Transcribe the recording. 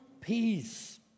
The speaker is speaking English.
peace